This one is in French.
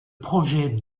projet